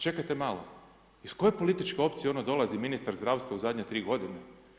Čekajte malo, iz koje političke opcije ono dolazi, ministar zdravstva u zadnje 3 g.